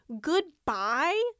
Goodbye